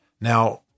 Now